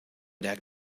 der